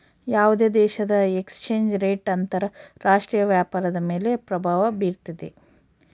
ಯಾವುದೇ ದೇಶದ exchange rate ಅಂತರ ರಾಷ್ಟ್ರೀಯ ವ್ಯಾಪಾರದ ಮೇಲೆ ಪ್ರಭಾವ ಬಿರ್ತೈತೆ